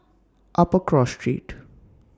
Upper Cross Street